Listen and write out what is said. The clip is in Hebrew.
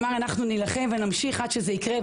ואמר: אנחנו נילחם ונמשיך עד שזה יקרה.